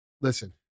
listen